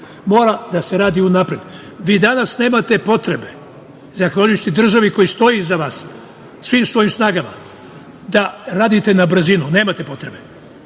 Mora da se radi unapred. Vi danas nemate potrebe, zahvaljujući državi koja stoji iza vas svim svojim snagama, da radite na brzinu, da se